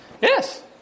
Yes